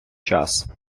час